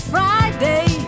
Friday